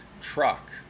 truck